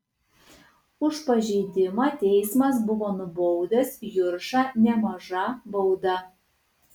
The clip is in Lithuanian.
už pažeidimą teismas buvo nubaudęs juršą nemaža bauda